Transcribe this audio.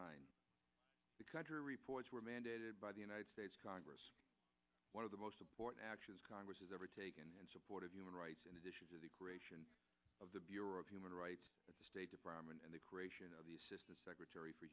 nine reports were mandated by the united states congress one of the most important actions congress has ever taken in support of human rights in addition to the creation of the bureau of human rights the state department and the creation of the assistant secretary for